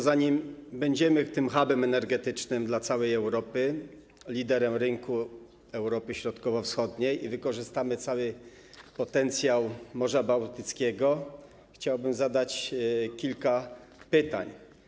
Zanim będziemy hubem energetycznym dla całej Europy, liderem rynku Europy Środkowo-Wschodniej i wykorzystamy cały potencjał Morza Bałtyckiego, chciałbym zadać kilka pytań.